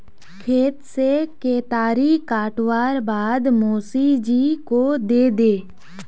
खेत से केतारी काटवार बाद मोसी जी को दे दे